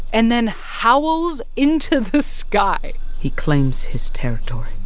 and then howls into the sky he claims his territory